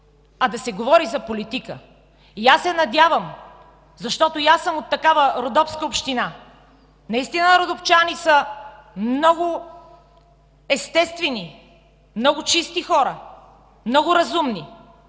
а да се говори за политика. Надявам се, защото и аз съм от такава родопска община, наистина родопчани са много естествени, много чисти хора, много разумни